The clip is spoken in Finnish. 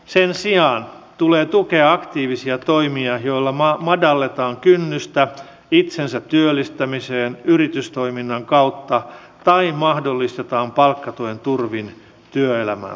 sen sijaan tulee tukea aktiivisia toimia joilla madalletaan kynnystä itsensä työllistämiseen yritystoiminnan kautta tai mahdollistetaan palkkatuen turvin työelämään pääsy